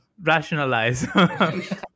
rationalize